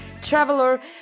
traveler